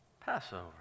Passover